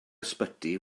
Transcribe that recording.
ysbyty